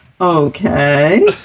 Okay